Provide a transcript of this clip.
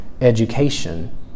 education